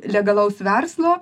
legalaus verslo